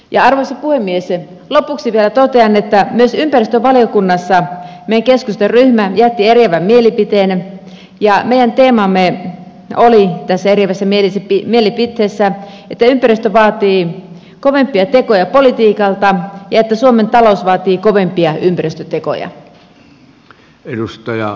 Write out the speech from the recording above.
arvoisa puhemies lopuksi vielä totean että myös ympäristövaliokunnassa meidän keskustan ryhmä jätti eriävän mielipiteen ja meidän teemamme oli tässä eriävässä mielipiteessä että ympäristö vaatii kovempia tekoja politiikalta ja että suomen talous vaatii kovempia ympäristötekoja